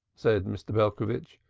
said mr. belcovitch,